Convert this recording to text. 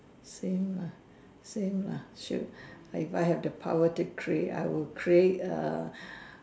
same lah same lah shoot if I have the power to create I will create a